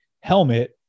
helmet